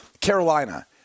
Carolina